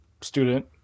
student